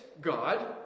God